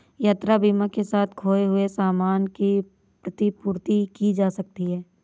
यात्रा बीमा के साथ खोए हुए सामान की प्रतिपूर्ति की जा सकती है